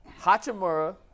Hachimura